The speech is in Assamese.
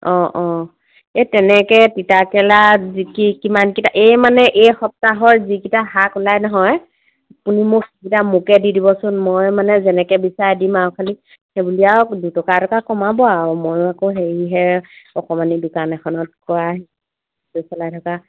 অঁ অঁ এই তেনেকৈ তিতাকেৰেলা জি কি কিমানকেইটা এইমানে এই সপ্তাহৰ যিকেইটা শাক ওলাই নহয় আপুনি মোক সেইকেইটা মোকে দি দিবচোন মই মানে যেনেকৈ বিচাৰে দিম আৰু খালি সেইবুলি আৰু দুটকা এটকা কমাব আৰু মই আকৌ হেৰিহে অকণমানি দোকান এখনত কৰা চলাই থকা